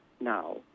now